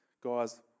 Guys